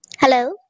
Hello